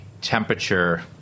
temperature